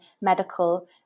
medical